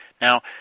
Now